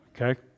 Okay